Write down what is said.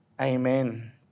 Amen